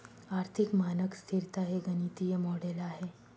आर्थिक मानक स्तिरता हे गणितीय मॉडेल आहे